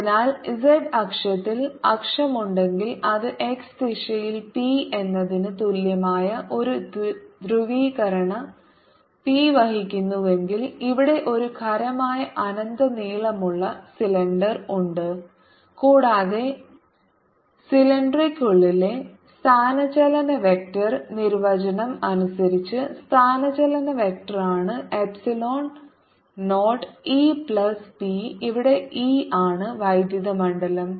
അതിനാൽ z അക്ഷത്തിൽ അക്ഷമുണ്ടെങ്കിൽ അത് x ദിശയിൽ p എന്നതിന് തുല്യമായ ഒരു ധ്രുവീകരണ p വഹിക്കുന്നുവെങ്കിൽ ഇവിടെ ഒരു ഖരമായ അനന്ത നീളമുള്ള സിലിണ്ടർ ഉണ്ട് കൂടാതെ ഡീലക്ട്രിക്കുള്ളിലെ സ്ഥാനചലന വെക്റ്റർ നിർവചനം അനുസരിച്ച് സ്ഥാനചലന വെക്റ്ററാണ് എപ്സിലോൺ 0 ഇ പ്ലസ് പി ഇവിടെ E ആണ് വൈദ്യുത മണ്ഡലം